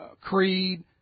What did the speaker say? creed